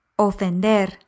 Ofender